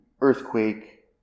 Earthquake